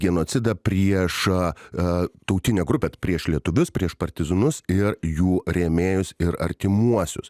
genocidą prieš tautinę grupę prieš lietuvius prieš partizanus ir jų rėmėjus ir artimuosius